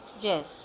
yes